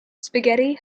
spaghetti